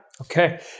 Okay